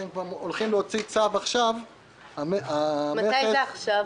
הולכים כבר להוציא צו עכשיו --- מתי זה "עכשיו"?